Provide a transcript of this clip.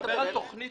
אמנם תמ"א 38